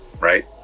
right